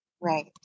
Right